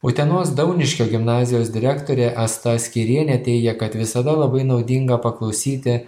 utenos dauniškio gimnazijos direktorė asta skeirienė teigė kad visada labai naudinga paklausyti